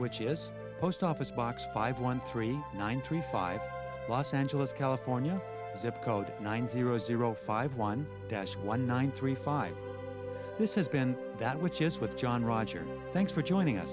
which is post office box five one three nine three five los angeles california zip code nine zero zero five one dash one nine three five this has been that which is what john rogers thanks for joining